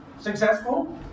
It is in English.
successful